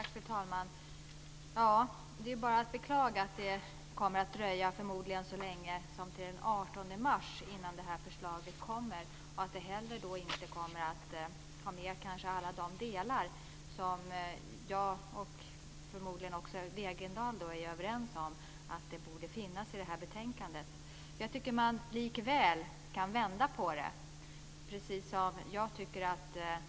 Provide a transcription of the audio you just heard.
Fru talman! Det är bara att beklaga att det kommer att dröja så länge som till den 18 mars innan förslaget kommer och att det inte heller innehåller alla de delar som jag och förmodligen Wegendal är överens om borde finnas med i propositionen. Man kan också vända på det hela.